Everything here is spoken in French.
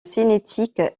cinétique